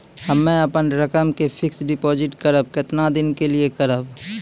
हम्मे अपन रकम के फिक्स्ड डिपोजिट करबऽ केतना दिन के लिए करबऽ?